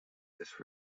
this